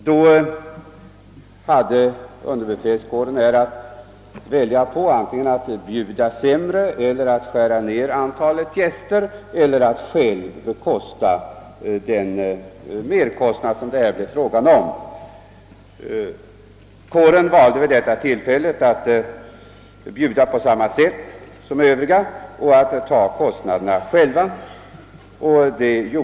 Då hade underbefälskåren att välja på att bjuda enklare, att skära ned antalet gäster eller att själv stå för merkostnaden. Kåren valde vid det tillfället att bjuda på samma sätt som övriga och ta kostnaderna själv.